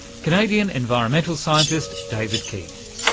canadian environmental scientist david keith.